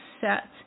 set